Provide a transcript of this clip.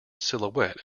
silhouette